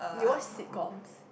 you watch sitcoms